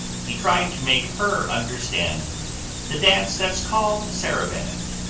he tried to make her understand the dance that's called the saraband,